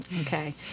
Okay